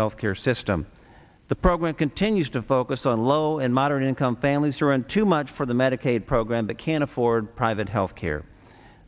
health care system the program continues to focus on low and moderate income families around too much for the medicaid program but can't afford private health care